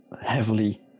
heavily